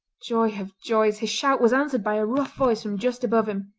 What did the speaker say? joy of joys! his shout was answered by a rough voice from just above him.